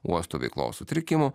uosto veiklos sutrikimų